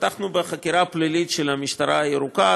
פתחנו בחקירה פלילית של המשטרה הירוקה,